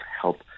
help